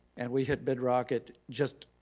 and we hit bedrock at just